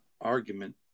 argument